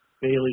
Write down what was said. Bailey